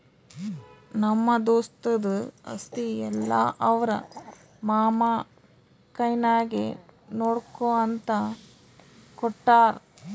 ನಮ್ಮ ದೋಸ್ತದು ಆಸ್ತಿ ಎಲ್ಲಾ ಅವ್ರ ಮಾಮಾ ಕೈನಾಗೆ ನೋಡ್ಕೋ ಅಂತ ಕೊಟ್ಟಾರ್